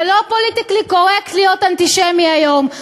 זה לא פוליטיקלי-קורקט להיות אנטישמי היום,